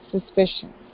suspicion